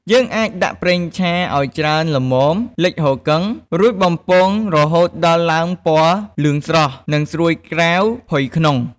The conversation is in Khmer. យើងអាចដាក់ប្រេងឆាឱ្យច្រើនល្មមលិចហ៊ូគឹង រួចបំពងរហូតដល់ឡើងពណ៌លឿងស្រស់ និងស្រួយក្រៅ ផុយក្នុង។